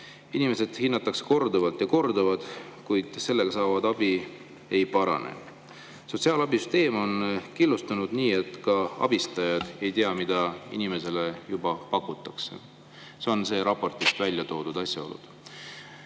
Inimest hinnatakse korduvalt ja korduvalt, kuid saadav abi ei parane. Sotsiaalabisüsteem on killustunud, nii et ka abistajad ei tea, mida inimesele juba pakutakse. Need on raportis välja toodud asjaolud.